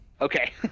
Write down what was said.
Okay